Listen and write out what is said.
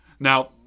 Now